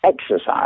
exercise